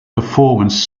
performance